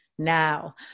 Now